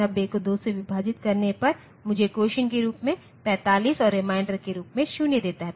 90 को 2 से विभाजित करने पर मुझे कोसिएंट के रूप में 45 और रिमाइंडर के रूप में 0 देता है